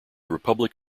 republic